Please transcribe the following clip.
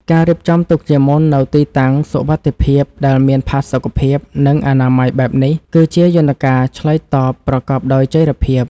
ការរៀបចំទុកជាមុននូវទីតាំងសុវត្ថិភាពដែលមានផាសុកភាព និងអនាម័យបែបនេះ គឺជាយន្តការឆ្លើយតបប្រកបដោយចីរភាព។